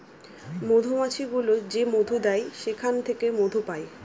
মধুমাছি গুলো যে মধু দেয় সেখান থেকে মধু পায়